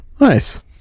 Nice